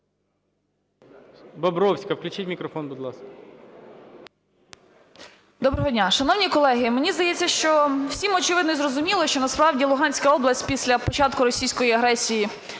Бобровська. Включіть мікрофон, будь ласка.